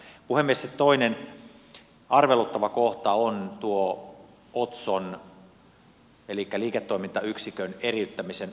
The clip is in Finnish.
toinen arveluttava kohta on tuo otson elikkä liiketoimintayksikön eriyttämisen aikataulun jatkaminen